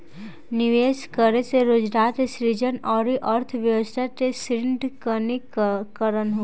निवेश करे से रोजगार के सृजन अउरी अर्थव्यस्था के सुदृढ़ीकरन होला